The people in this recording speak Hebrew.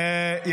חולשה יהודית.